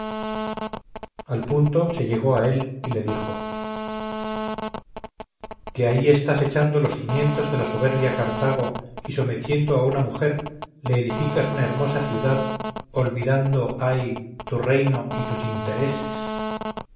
al punto se llegó a él y le dijo que ahí estás echando los cimientos de la soberbia cartago y sometiendo a una mujer le edificas una hermosa ciudad olvidando ay tu reino y tus intereses